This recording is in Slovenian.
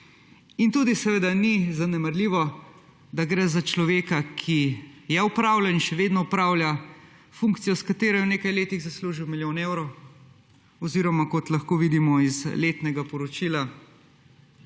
Tudi seveda ni zanemarljivo, da gre za človeka, ki je opravljal in še opravlja funkcijo, s katero je v nekaj letih zaslužil milijon evrov oziroma kot lahko vidimo iz letnega poročila